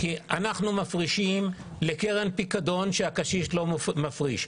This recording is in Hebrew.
כי אנחנו מפרישים לקרן פיקדון שהקשיש לא מפריש.